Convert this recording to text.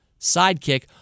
sidekick